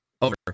over